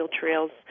trails